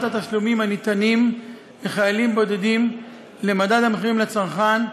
התשלומים הניתנים לחיילים בודדים למדד המחירים לצרכן,